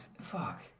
Fuck